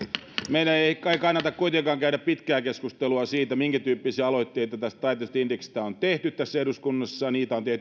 meidän ei kai kuitenkaan kannata käydä pitkää keskustelua siitä minkätyyppisiä aloitteita tästä taitetusta indeksistä on tehty tässä eduskunnassa niitä on tehty